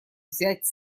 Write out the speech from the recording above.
взять